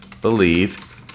believe